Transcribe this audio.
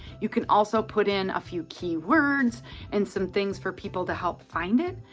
you can also put in a few key words and some things for people to help find it,